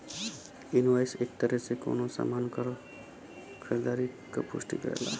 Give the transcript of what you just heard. invoice एक तरे से कउनो सामान क खरीदारी क पुष्टि करेला